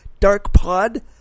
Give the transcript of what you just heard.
darkpod